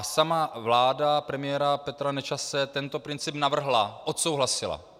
Sama vláda premiéra Petra Nečase tento princip navrhla, odsouhlasila.